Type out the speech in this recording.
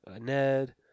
Ned